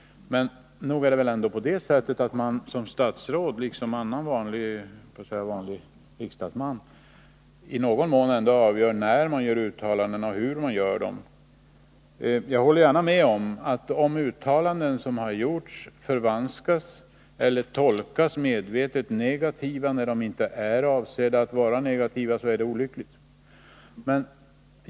Men nog är det väl så att man som statsråd, liksom fallet är för vanliga riksdagsmän, i någon mån ändå själv avgör när man skall göra uttalanden och hur man skall göra dem. Jag håller gärna med om, att om de uttalanden som man har gjort förvanskas eller medvetet tolkas negativt, trots att de inte är avsedda att vara negativa, är det olyckligt.